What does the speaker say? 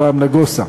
אברהם נגוסה,